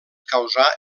causar